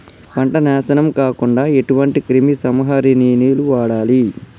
పంట నాశనం కాకుండా ఎటువంటి క్రిమి సంహారిణిలు వాడాలి?